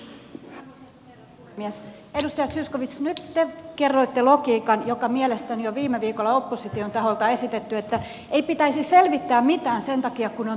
edustaja zyskowicz nyt te kerroitte logiikan joka mielestäni jo viime viikolla opposition taholta on esitetty että ei pitäisi selvittää mitään sen takia kun on tulossa vaalit